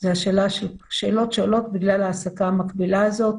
אלה שאלות שעולות בגלל העסקה המקבילה הזאת